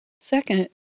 Second